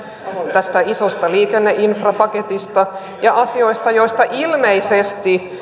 tästä isosta liikenneinfrapaketista kun taas asioista joista ilmeisesti